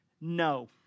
no